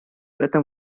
этом